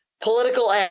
political